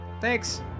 Thanks